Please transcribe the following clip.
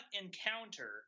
encounter